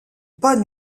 pas